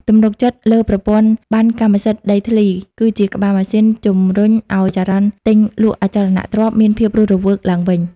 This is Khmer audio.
ទំនុកចិត្តលើប្រព័ន្ធប័ណ្ណកម្មសិទ្ធិដីធ្លី គឺជាក្បាលម៉ាស៊ីនជំរុញឱ្យចរន្តទិញលក់អចលនទ្រព្យមានភាពរស់រវើកឡើងវិញ។